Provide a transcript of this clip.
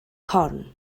corn